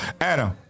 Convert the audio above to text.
Adam